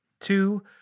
Two